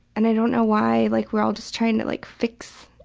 and i don't know why like we're all just trying to like fix.